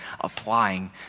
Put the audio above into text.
applying